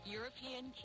European